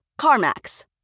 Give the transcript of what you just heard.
CarMax